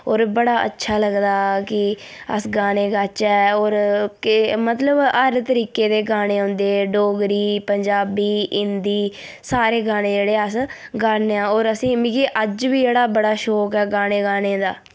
होर बड़ा अच्छा लगदा ऐ कि अस गाने गाचै होर केह् मतलब हर तरीके दे गाने औंदे डोगरी पंजाबी हिंदी सारे गाने जेह्ड़े अस गान्ने आं होर असेंगी मिगी अज्ज बी जेह्ड़ा बड़ा शौंक ऐ गाने गाने दा